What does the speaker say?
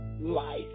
life